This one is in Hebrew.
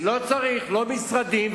לא צריך לא משרדים,